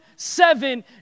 seven